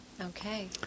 Okay